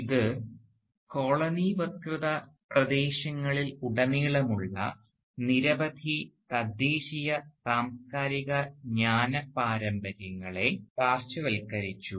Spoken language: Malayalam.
ഇത് കോളനിവത്കൃത പ്രദേശങ്ങളിൽ ഉടനീളമുള്ള നിരവധി തദ്ദേശീയ സാംസ്കാരിക ജ്ഞാന പാരമ്പര്യങ്ങളെ പാർശ്വവൽക്കരിച്ചു